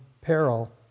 peril